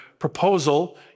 Proposal